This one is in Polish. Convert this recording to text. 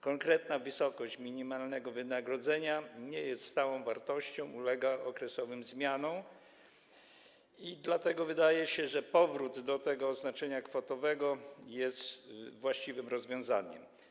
Konkretna wysokość minimalnego wynagrodzenia nie jest stałą wartością, ulega okresowym zmianom i dlatego wydaje się, że powrót do tego oznaczenia kwotowego jest właściwym rozwiązaniem.